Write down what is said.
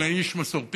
אבל אני איש מסורתי,